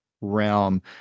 realm